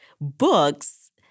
books